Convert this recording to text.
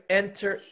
enter